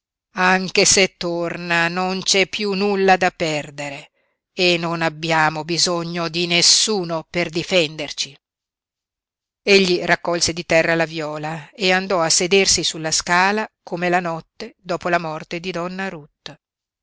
anche se torna non c'è piú nulla da perdere e non abbiamo bisogno di nessuno per difenderci egli raccolse di terra la viola e andò a sedersi sulla scala come la notte dopo la morte di donna